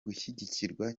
gushyigikirwa